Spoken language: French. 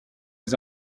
les